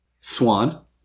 Swan